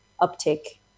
uptake